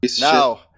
Now